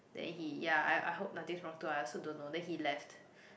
then he ya I I hope nothing's wrong too I also don't know then he left